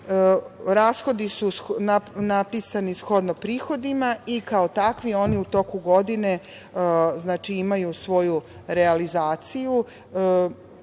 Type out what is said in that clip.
rashodi su napisani shodno prihodima i kao takvi oni u toku godine imaju svoju realizaciju.